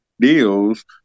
deals